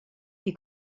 est